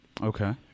Okay